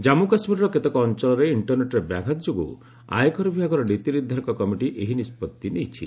ଜନ୍ମୁ କାଶ୍ମୀରର କେତେକ ଅଞ୍ଚଳରେ ଇଷ୍ଟରନେଟ୍ରେ ବ୍ୟାଘାତ ଯୋଗୁଁ ଆୟକର ବିଭାଗର ନୀତି ନିର୍ଦ୍ଧରକ କମିଟି ଏହି ନିଷ୍କଭି ନେଇଛି